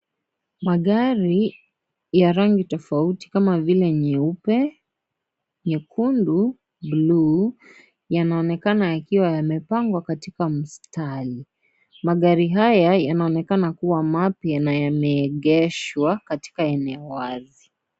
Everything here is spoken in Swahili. Magari ya rangi tofauti kama vile nyeupe, nyekundu, blue yanaonekana yakiwayamepangwa katika mstari. Magari haya yanaonekana kuwa mapya na yameegeshwa katika eneo wazi.